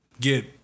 get